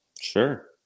Sure